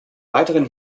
weiteren